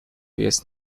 jest